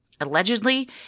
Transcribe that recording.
Allegedly